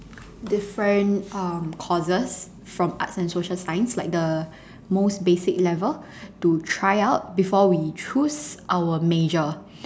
different um courses from arts and social science like the most basic level to try out before we choose our major